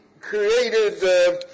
created